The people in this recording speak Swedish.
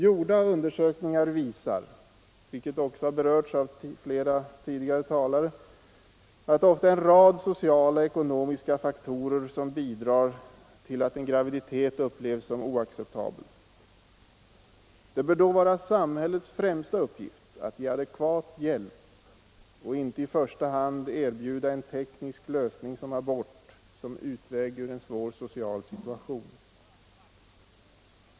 Gjorda undersökningar visar — vilket också har berörts av flera tidigare talare — att det ofta är en rad sociala och ekonomiska faktorer som bidrar till att en graviditet upplevs som oacceptabel. Det bör då vara samhällets främsta uppgift att ge adekvat hjälp och inte i första hand erbjuda en sådan teknisk lösning som abort såsom utväg ur en svår social situation.